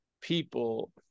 people